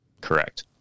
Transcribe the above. correct